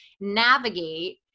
navigate